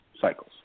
cycles